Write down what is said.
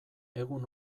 egun